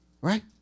right